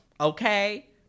okay